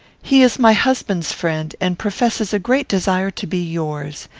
he is my husband's friend, and professes a great desire to be yours.